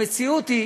המציאות היא